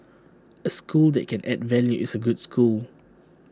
A school that can add value is A good school